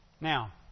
Now